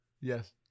Yes